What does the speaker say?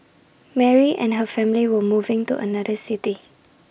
Mary and her family were moving to another city